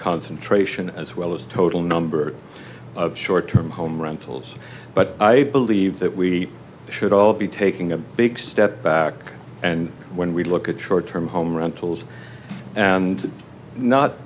concentration as well as total number of short term home rentals but i believe that we should all be taking a big step back and when we look at short term home rentals and not